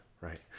Right